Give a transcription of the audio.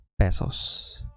pesos